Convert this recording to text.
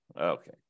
Okay